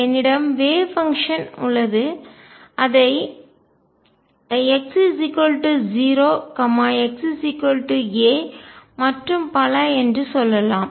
என்னிடம் wave function அலை செயல்பாடு உள்ளது இதை x 0 x a மற்றும் பல என்று சொல்லலாம்